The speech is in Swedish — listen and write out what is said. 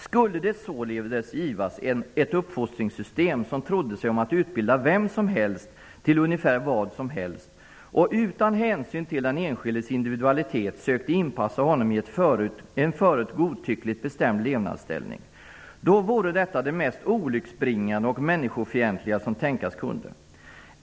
''Skulle det således gifvas ett uppfostringssystem, som trodde sig om att utbilda hvem som hälst till ungefär hvad som hälst och utan hänsyn till den enskildes individualitet sökte inpassa honom i en förut godtyckligt bestämd lefnadsställning -- då vore detta det mest olycksbringande och människofientliga, som tänkas kunde.